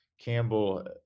Campbell